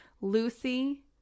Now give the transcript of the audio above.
Lucy